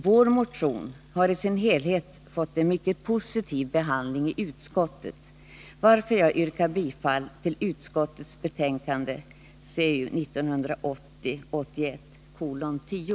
Vår motion har i sin helhet fått en mycket positiv behandling i utskottet, varför jag yrkar bifall till civilutskottets hemställan i betänkandet 1980/81:10.